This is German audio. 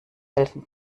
helfen